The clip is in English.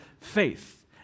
faith